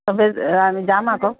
সবে যাম আকৌ